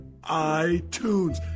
iTunes